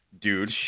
dude